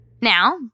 Now